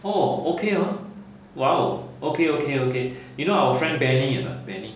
oh okay ah !wow! okay okay okay you know our friend benny or not benny